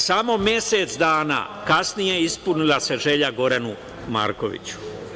Samo mesec dana kasnije ispunila se želja Goranu Markoviću.